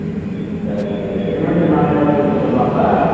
ம் சரி சரி சிமெண்ட்டு நாங்களே எடுத்து கொடுத்துட்டுமா அப்போ